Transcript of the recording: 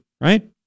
Right